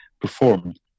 performed